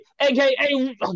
aka